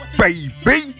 baby